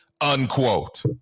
unquote